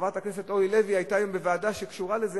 וחברת הכנסת אורלי לוי היתה היום בוועדה שקשורה לזה,